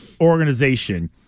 organization